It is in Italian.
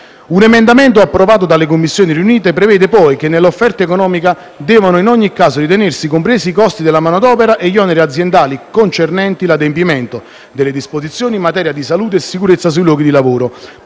Un emendamento approvato dalle Commissioni riunite prevede poi che, nell'offerta economica, devono in ogni caso ritenersi compresi i costi della manodopera e gli oneri aziendali concernenti l'adempimento delle disposizioni in materia di salute e sicurezza sui luoghi di lavoro